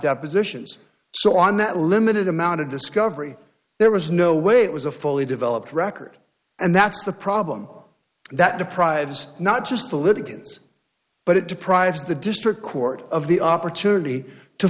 depositions so on that limited amount of discovery there was no way it was a fully developed record and that's the problem that deprives not just the litigants but it deprives the district court of the opportunity to